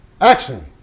Action